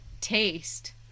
Taste